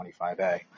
25A